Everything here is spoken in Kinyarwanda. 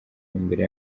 imbere